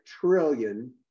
trillion